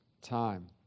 time